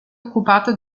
occupato